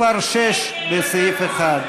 קבוצת סיעת הרשימה המשותפת.